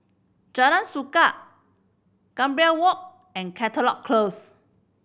Jalan Suka Gambir Walk and Caldecott Close